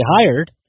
hired